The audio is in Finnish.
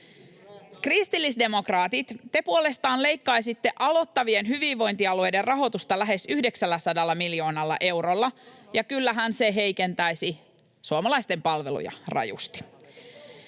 Kristillisdemokraatit, te puolestaan leikkaisitte aloittavien hyvinvointialueiden rahoitusta lähes 900 miljoonalla eurolla, ja kyllähän se heikentäisi suomalaisten palveluja rajusti.